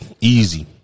easy